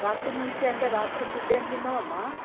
రాత్రి నుంచి అంటే రాత్రి ఫుడ్ ఏం తిన్నావు అమ్మా